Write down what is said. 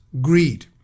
greed